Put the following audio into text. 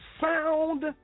sound